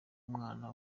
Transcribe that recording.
mwana